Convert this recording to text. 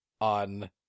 on